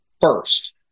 first